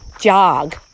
jog